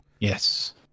Yes